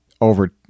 over